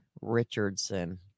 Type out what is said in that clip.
Richardson